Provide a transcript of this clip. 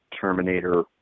Terminator